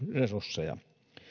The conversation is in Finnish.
resursseja